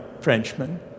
Frenchman